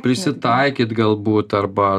prisitaikyti gal būt arba